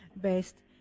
based